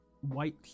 white